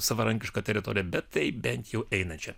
savarankišką teritoriją bet tai bent jų einančią